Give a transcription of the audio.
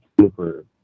super